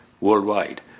worldwide